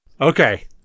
Okay